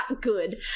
good